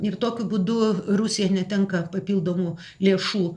ir tokiu būdu rusija netenka papildomų lėšų